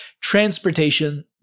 transportation